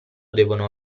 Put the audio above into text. devono